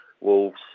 Wolves